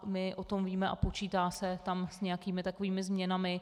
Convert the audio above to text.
My o tom víme a počítá se tam s nějakými takovými změnami.